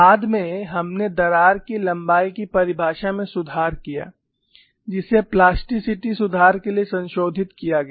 बाद में हमने दरार की लंबाई की परिभाषा में सुधार किया जिसे प्लास्टिसिटी सुधार के लिए संशोधित किया गया